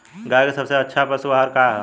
गाय के सबसे अच्छा पशु आहार का ह?